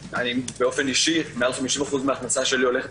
באופן אישי מעל 50% מההכנסה שלי הולכת